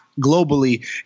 globally